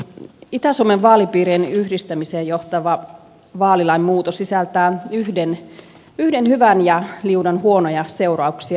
itä suomen vaalipiirien yhdistämiseen johtava vaalilain muutos sisältää yhden hyvän ja liudan huonoja seurauksia